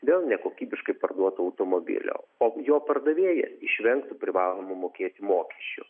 dėl nekokybiškai parduoto automobilio o jo pardavėja išvengtų privalomų mokėti mokesčių